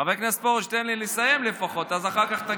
חבר הכנסת פרוש, תן לי לסיים לפחות, ואחר כך תגיב.